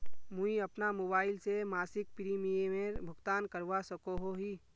मुई अपना मोबाईल से मासिक प्रीमियमेर भुगतान करवा सकोहो ही?